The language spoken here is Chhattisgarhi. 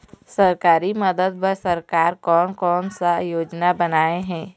सरकारी मदद बर सरकार कोन कौन सा योजना बनाए हे?